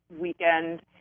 weekend